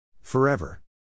Forever